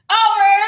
over